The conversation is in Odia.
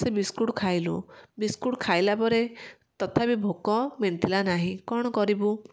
ସେ ବିସ୍କୁଟ୍ ଖାଇଲୁ ବିସ୍କୁଟ୍ ଖାଇଲାପରେ ତଥାପି ଭୋକ ମେଣ୍ଟିଲା ନାହିଁ କ'ଣ କରିବୁ